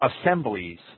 assemblies